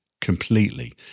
completely